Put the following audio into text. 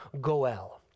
goel